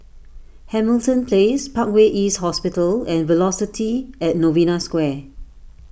Hamilton Place Parkway East Hospital and Velocity at Novena Square